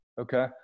Okay